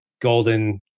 golden